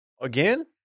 Again